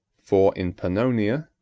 four in pannonia,